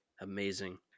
Amazing